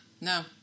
No